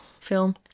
film